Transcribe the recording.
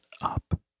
up